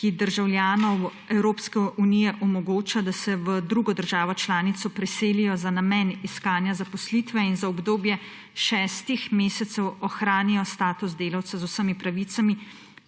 ki državljanom Evropske unije omogoča, da se v drugo državo članico preselijo za namen iskanja zaposlitve in za obdobje šestih mesecev ohranijo status delavca z vsemi pravicami,